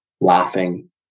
laughing